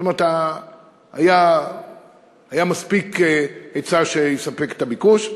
זאת אומרת, היה מספיק היצע שיספק את הביקוש.